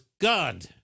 God